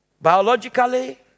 Biologically